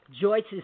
Joyce's